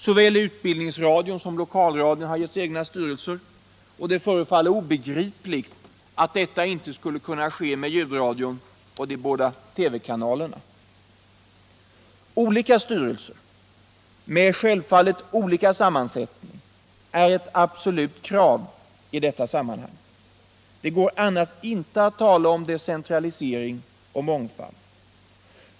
Såväl utbildningsradion som lokalradion har getts egna styrelser, och det förefaller obegripligt att detta inte skulle kunna ske med ljudradion och de båda TV-kanalerna. Olika styrelser, självfallet med olika sammansättning, är ett absolut krav i detta sammanhang. Det går annars inte att tala om decentralisering och mångfald.